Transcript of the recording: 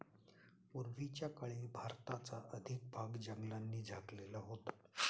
पूर्वीच्या काळी भारताचा अधिक भाग जंगलांनी झाकलेला होता